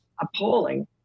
appalling